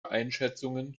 einschätzungen